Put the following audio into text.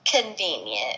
Convenient